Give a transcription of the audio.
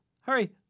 Hurry